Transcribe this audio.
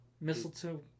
Mistletoe